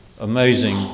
amazing